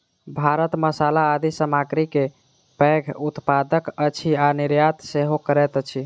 भारत मसाला आदि सामग्री के पैघ उत्पादक अछि आ निर्यात सेहो करैत अछि